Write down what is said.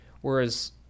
whereas